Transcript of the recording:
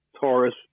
Taurus